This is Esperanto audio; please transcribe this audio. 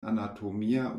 anatomia